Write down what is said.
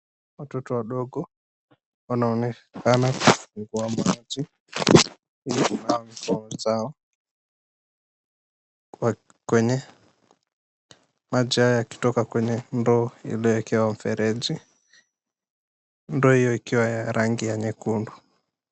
Watoto wadogo wanaonekana kufungua maji na kunawa mikono zao kwenye maji kutoka kwenye ndoo iliokekwa mfereji ndoo hio ikiwa ya rangi nyekundu.